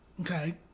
Okay